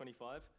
25